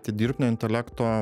tai dirbtinio intelekto